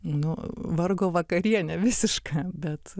nu vargo vakarienė visiška bet